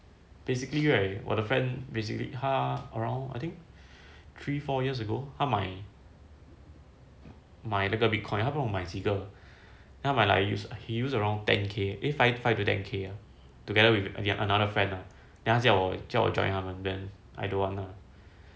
basically right 我的 basically 他 around I think three four years ago 他买买那个 bitcoin 他不懂买几个 he used around ten K eh five to ten K together with another friend ah then 他叫我 join 他们 then I don't want